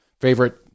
favorite